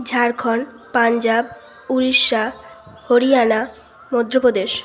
Jharkhand Punjab Orissa Haryana Madhya Pradesh